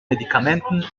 medikamenten